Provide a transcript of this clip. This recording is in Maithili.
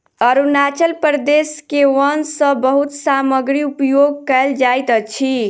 अरुणाचल प्रदेश के वन सॅ बहुत सामग्री उपयोग कयल जाइत अछि